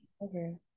Okay